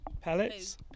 pellets